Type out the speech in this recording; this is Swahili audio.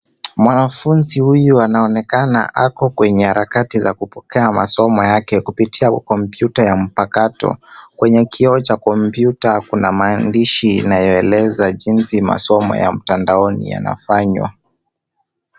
Mwanafunzi huyu anaonekana ako kwenye harakati za kupokea masomo yake kupitia kompyuta ya mpakato. Kwenye kioo cha komputa kuna maandishi inayoeleza jinsi masomo ya mtandaoni yanafanywa.